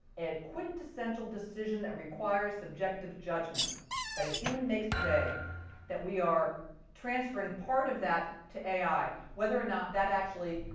a quintessential decision that requires subjective judgement that a human makes today that we are transferring part of that to ai, whether or not that actually,